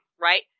right